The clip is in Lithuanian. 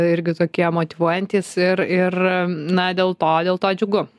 irgi tokie motyvuojantys ir ir na dėl to dėl to džiugu